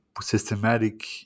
systematic